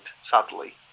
sadly